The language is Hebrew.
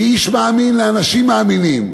כאיש מאמין לאנשים מאמינים.